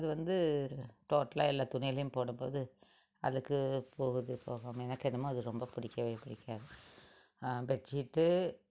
அது வந்து டோட்டலாக எல்லா துணிகளையும் போடும்போது அழுக்கு போகுது போகாமல் எனக்கு என்னமோ அது ரொம்ப பிடிக்கவே பிடிக்காது பெட்ஷீட்டு